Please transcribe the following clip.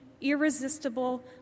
irresistible